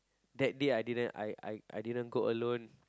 that day I didn't I I I didn't go alone